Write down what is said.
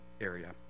area